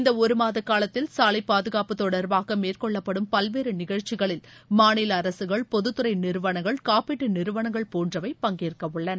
இந்த ஒரு மாத காலத்தில் சாலை பாதுகாப்பு தொடர்பாக மேற்கொள்ளப்படும் பல்வேறு நிகழ்ச்சிகளில் மாநில அரசுகள் பொதுத்துறை நிறுவனங்கள் காப்பீட்டு நிறுவனங்கள் போன்றவை பங்கேற்கவுள்ளன